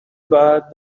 bad